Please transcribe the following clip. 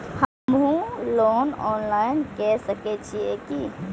हमू loan online के सके छीये की?